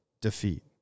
defeat